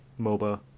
MOBA